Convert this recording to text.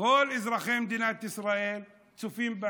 כל אזרחי מדינת ישראל צופים בנו,